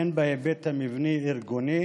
הן בהיבט המבני-ארגוני